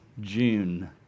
June